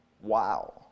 Wow